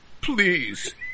Please